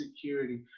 security